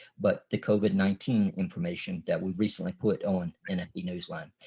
but the covid nineteen information that we recently put on and nfb-newsline.